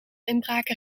inbraken